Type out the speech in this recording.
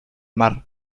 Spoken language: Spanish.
mar